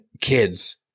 kids